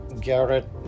garrett